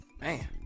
Man